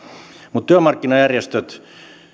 mutta työmarkkinajärjestöt